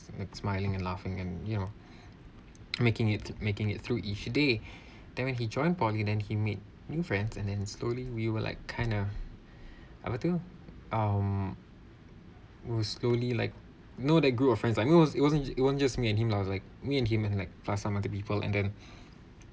like smiling and laughing and you know making it making it through each day then when he joined poly then he made new friends and then slowly we were like of apa tu um we slowly like you know that group of friends lah it was it wasn't it wasn't just me and him lah it was like me and him and like plus some other people and then